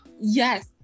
Yes